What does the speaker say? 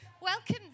Welcome